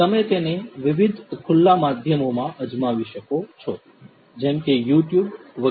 તમે તેને વિવિધ ખુલ્લા માધ્યમોમાં અજમાવી શકો છો જેમ કે યુટ્યુબ વગેરે